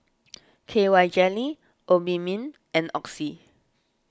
K Y jelly Obimin and Oxy